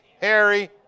Harry